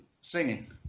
singing